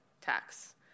tax